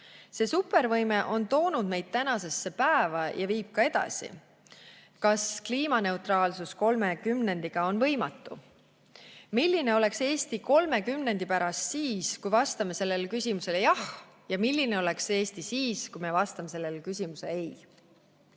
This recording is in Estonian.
See supervõime on toonud meid tänasesse päeva ja viib ka edasi. Kas kliimaneutraalsus kolme kümnendiga on võimatu? Milline oleks Eesti kolme kümnendi pärast siis, kui vastame sellele küsimusele "jah"? Ja milline oleks Eesti siis, kui me vastame sellele küsimusele